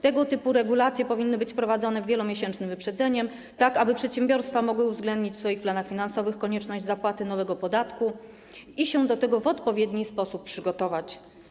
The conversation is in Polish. Tego typu regulacje powinny być wprowadzane z wielomiesięcznym wyprzedzeniem, tak aby przedsiębiorstwa mogły uwzględnić w swoich planach finansowych konieczność zapłaty nowego podatku i się do tego w odpowiedni sposób przygotować.